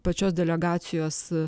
pačios delegacijos